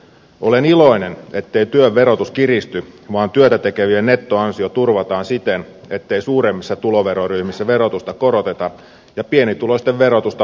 olen iloinen ettei työn verotus kiristy vaan työtätekevien nettoansio turvataan siten ettei suuremmissa tuloveroryhmissä verotusta koroteta ja pienituloisten verotusta lasketaan